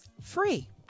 free